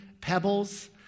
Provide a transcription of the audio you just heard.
pebbles